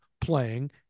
playing